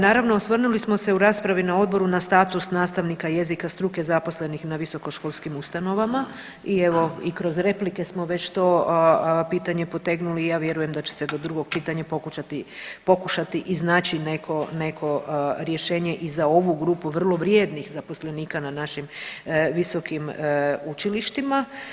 Naravno osvrnuli smo se u raspravi na odboru na status nastavnika jezika struke zaposlenih na visokoškolskim ustanovama i evo i kroz replike smo već to pitanje potegnuli i ja vjerujem da će se do drugog čitanja pokušati, pokušati iznaći neko, neko rješenje i za ovu grupu vrlo vrijednih zaposlenika na našim visokim učilištima.